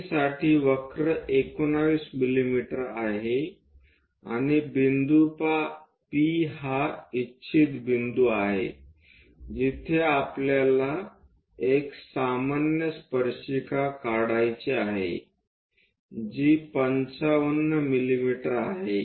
C साठी वक्र 19 मिमी आहे आणि बिंदू P हा इच्छित बिंदू आहे जिथे आपल्याला एक सामान्य स्पर्शिका काढायची आहे जी 55 मिमी आहे